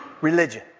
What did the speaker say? religion